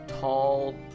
tall